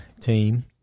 team